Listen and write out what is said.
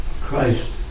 Christ